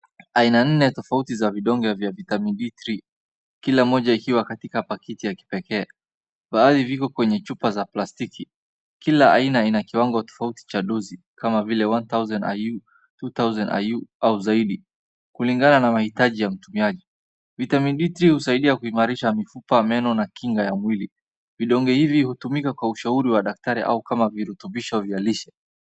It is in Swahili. Aina nne tofauti za vidonge vya Vitamin D3 , kila moja ikiwa katika pakiti ya kipekee. Baadhi viko kwenye chupa za plastiki. Kila aina ina kiwango tafauti cha dozi, kama vile, one thousand IU , two thousand IU au zaidi kulingana na maitaji ya mtumiaji. Vitamin D3 husaidia kuimarisha mifupa ya meno na kinga ya mwili. Vidonge hivi hutumika kwa ushauri wa daktari au kama virutubisho vya lishe.